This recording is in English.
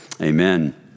Amen